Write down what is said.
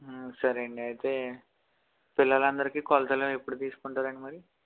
సరే అండి అయితే పిల్లలందరికీ కొలతలు అవి ఎప్పుడు తీసుకుంటారండి మరి